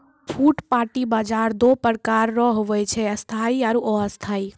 फुटपाटी बाजार दो प्रकार रो हुवै छै स्थायी आरु अस्थायी